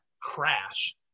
crash